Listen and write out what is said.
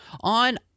on